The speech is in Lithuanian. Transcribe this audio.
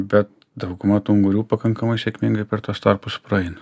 bet dauguma tų ungurių pakankamai sėkmingai per tuos tarpus praeina